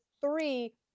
three